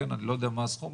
אני לא יודע מה הסכום,